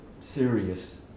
serious